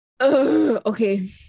Okay